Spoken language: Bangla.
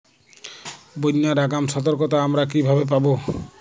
বন্যার আগাম সতর্কতা আমরা কিভাবে পাবো?